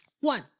One